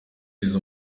izo